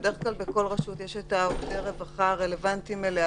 ובדרך כלל בכל רשות יש את עובדי הרווחה הרלוונטיים אליה.